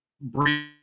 bring